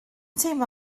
teimlo